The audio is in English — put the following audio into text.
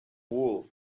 wool